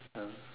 ya